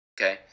Okay